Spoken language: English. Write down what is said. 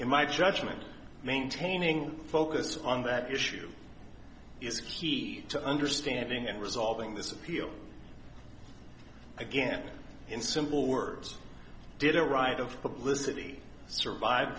my judgment maintaining focus on that issue is key to understanding and resolving this appeal again in simple words did a right of publicity survive